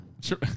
Sure